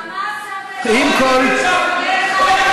ה"חמאס" שם ילדים כמגן אנושי,